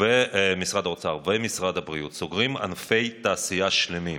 ומשרד האוצר ומשרד הבריאות סוגרים ענפי תעשייה שלמים,